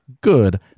good